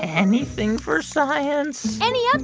anything for science any um